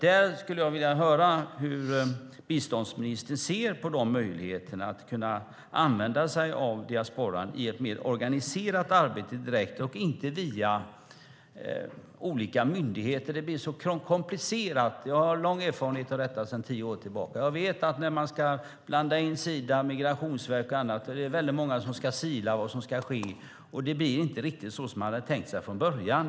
Jag skulle vilja höra hur biståndsministern ser på möjligheterna att använda sig av diasporan i ett mer direkt och organiserat arbete och inte via olika myndigheter. Det blir så komplicerat. Jag har erfarenhet av detta sedan tio år tillbaka. Jag vet att när man ska blanda in Sida, Migrationsverket och andra - när många ska delta - blir det inte riktigt som man har tänkt sig från början.